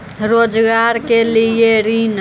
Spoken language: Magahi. रोजगार के लिए ऋण?